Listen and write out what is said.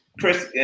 Chris